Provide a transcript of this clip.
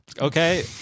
okay